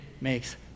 makes